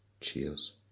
Cheers